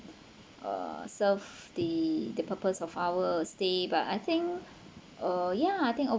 uh served the the purpose of our stay but I think uh yeah I think